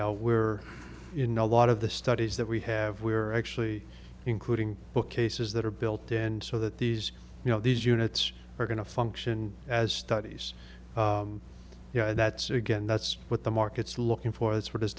know we're in a lot of the studies that we have we are actually including bookcases that are built in so that these you know these units are going to function as studies you know that's again that's what the market's looking for